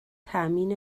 تأمین